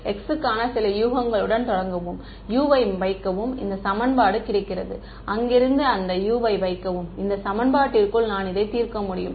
X க்கான சில யூகங்களுடன் தொடங்கவும் U வை வைக்கவும் இந்த சமன்பாடு கிடைக்கும் அங்கிருந்து அந்த U வை வைக்கவும் இந்த சமன்பாட்டிற்குள் நான் இதை தீர்க்க முடியும்